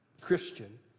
Christian